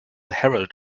herald